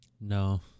No